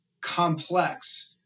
complex